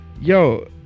Yo